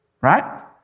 Right